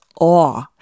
awe